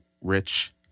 rich